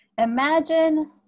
Imagine